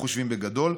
איך חושבים בגדול,